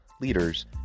leaders